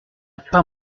pas